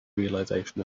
realization